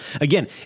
again